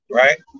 right